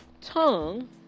tongue